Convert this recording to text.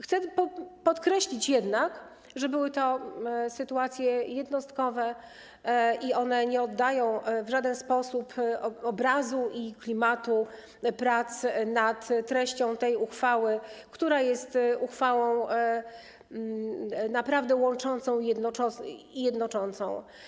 Chcę podkreślić, że były to sytuacje jednostkowe i one nie oddają w żaden sposób obrazu i klimatu prac nad treścią tej uchwały, która jest uchwałą naprawdę łączącą i jednoczącą.